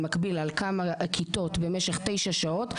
במקביל על כמה כיתות במשך תשע שעות,